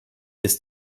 ist